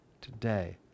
today